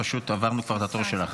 פשוט עברנו כבר את התור שלך,